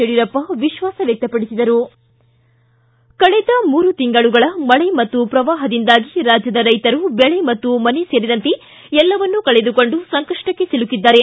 ಯಡಿಯೂರಪ್ಪ ವಿಶ್ವಾಸ ವ್ಯಕ್ತಪಡಿಸಿದರು ಕಳೆದ ಮೂರು ತಿಂಗಳುಗಳ ಮಳೆ ಮತ್ತು ಪ್ರವಾಹದಿಂದಾಗಿ ರಾಜ್ಯದ ರೈತರು ಬೆಳೆ ಮನೆ ಸೇರಿದಂತೆ ಎಲ್ಲವನ್ನೂ ಕಳೆದುಕೊಂಡು ಸಂಕಷ್ಟಕ್ಕೆ ಸಿಲುಕಿದ್ದಾರೆ